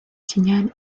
signal